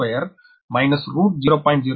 12 minus root 0